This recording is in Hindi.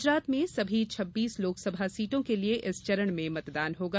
गुजरात में सभी छब्बीस लोकसभा सीटों के लिये इस चरण में मतदान होगा